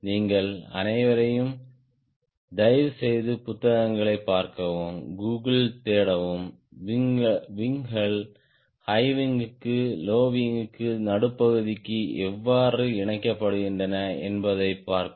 நீங்கள் அனைவரையும் தயவுசெய்து புத்தகங்களைப் பார்க்கவும் கூகிள் தேடவும் விங்கள் ஹை விங்க்கு லோ விங்க்கு நடுப்பகுதிக்கு எவ்வாறு இணைக்கப்படுகின்றன என்பதைப் பார்க்கவும்